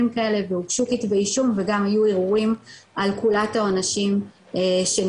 כאלה והוגשו כתבי אישום וגם היו אירועים על קולת העונשים שניתנו.